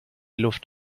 luft